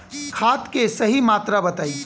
खाद के सही मात्रा बताई?